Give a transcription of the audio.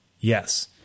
Yes